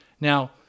Now